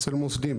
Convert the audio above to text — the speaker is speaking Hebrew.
אצל מוסדים?